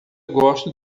gosto